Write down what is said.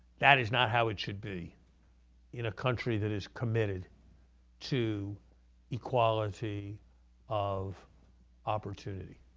that is not how it should be in a country that is committed to equality of opportunity.